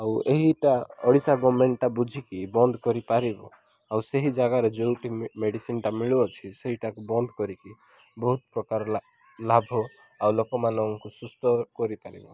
ଆଉ ଏହିଟା ଓଡ଼ିଶା ଗମେଣ୍ଟଟା ବୁଝିକି ବନ୍ଦ କରିପାରିବ ଆଉ ସେହି ଜାଗାରେ ଯୋଉଠି ମେଡ଼ିସିନଟା ମିଳୁଅଛି ସେଇଟାକୁ ବନ୍ଦ କରିକି ବହୁତ ପ୍ରକାର ଲାଭ ଆଉ ଲୋକମାନଙ୍କୁ ସୁସ୍ଥ କରିପାରିବ